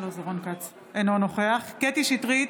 אינו נוכח קטי קטרין שטרית,